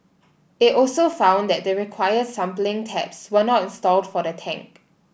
it also found that the required sampling taps were not installed for the tank